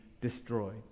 destroyed